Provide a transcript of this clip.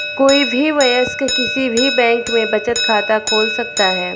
कोई भी वयस्क किसी भी बैंक में बचत खाता खोल सकता हैं